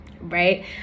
right